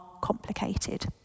complicated